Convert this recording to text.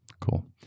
Cool